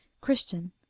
Christian